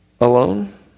alone